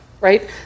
right